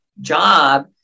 job